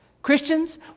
Christians